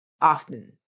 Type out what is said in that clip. often